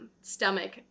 stomach